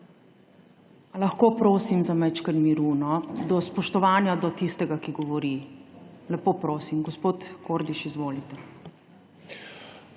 lahko prosim za malce miru, no, iz spoštovanja do tistega, ki govori. Lepo prosim. Gospod Kordiš, izvolite.